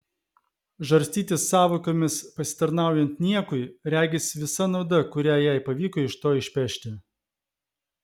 žarstytis sąvokomis pasitarnaujant niekui regis visa nauda kurią jai pavyko iš to išpešti